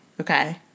Okay